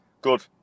Good